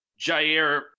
Jair